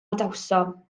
adawsom